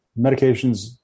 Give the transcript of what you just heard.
medications